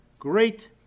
Great